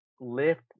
lift